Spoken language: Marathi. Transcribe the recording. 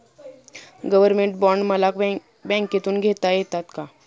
गव्हर्नमेंट बॉण्ड मला बँकेमधून घेता येतात का?